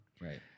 Right